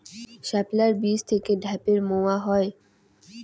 শাপলার বীজ থেকে ঢ্যাপের মোয়া হয়?